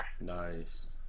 Nice